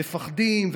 ומפחדים.